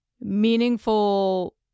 meaningful